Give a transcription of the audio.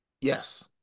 Yes